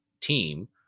team